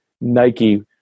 Nike